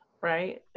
right